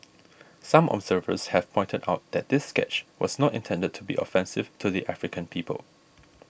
some observers have pointed out that this sketch was not intended to be offensive to the African people